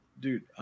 dude